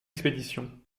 expédition